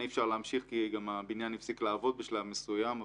אי אפשר להמשיך כי הבניין הפסיק לעבוד בשלב מסוים.